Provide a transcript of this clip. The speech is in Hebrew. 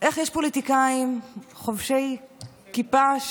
איך יש פוליטיקאים חובשי כיפה,